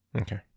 Okay